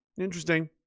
interesting